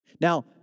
Now